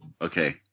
okay